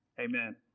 Amen